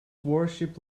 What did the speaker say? worship